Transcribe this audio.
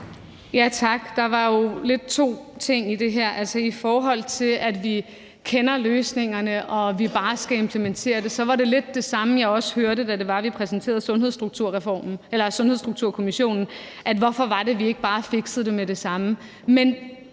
(M): Tak. Der var jo lidt to ting i det her. Altså, i forhold til at vi kender løsningerne og vi bare skal implementere det, var det lidt det samme, jeg hørte, da vi præsenterede Sundhedsstrukturkommissionen, nemlig hvorfor vi ikke bare fiksede det med det samme.